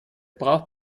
braucht